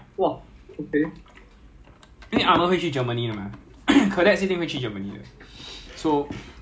ya Germany usually armour because Germany they do all the tanks and do all the bionic and everything so